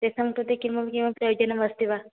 तेषां कृते किमपि किमपि योजनमस्ति वा